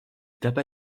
tapa